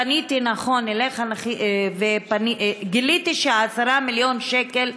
פניתי, נכון, אליך, וגיליתי ש-10 מיליון שקל,